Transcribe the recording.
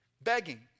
begging